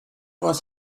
was